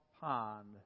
pond